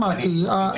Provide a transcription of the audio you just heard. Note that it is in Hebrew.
שמעתי.